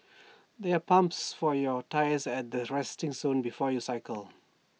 there are pumps for your tyres at the resting zone before you cycle